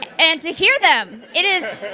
and to hear them. it is